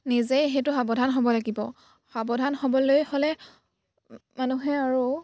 নিজেই সেইটো সাৱধান হ'ব লাগিব সাৱধান হ'বলৈ হ'লে মানুহে আৰু